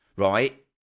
right